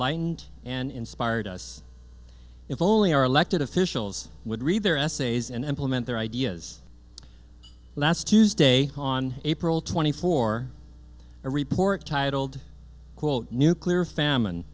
ened and inspired us if only our elected officials would read their essays and implement their ideas last tuesday on april twenty four a report titled quote nuclear famine